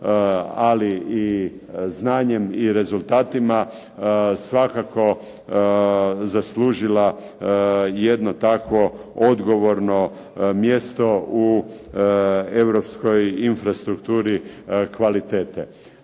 ali i znanjem i rezultatima svakako zaslužila jedno takvo odgovorno mjesto u Europske infrastrukturi kvalitete.